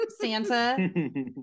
Santa